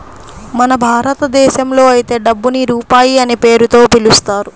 మన భారతదేశంలో అయితే డబ్బుని రూపాయి అనే పేరుతో పిలుస్తారు